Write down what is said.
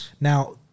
Now